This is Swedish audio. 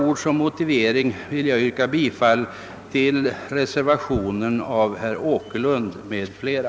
Med det anförda ber jag att få yrka bifall till reservationen av herr Åkerlund m.fl.